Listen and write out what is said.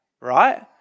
right